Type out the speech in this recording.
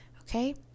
Okay